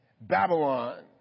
Babylon